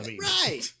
Right